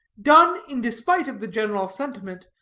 done in despite of the general sentiment,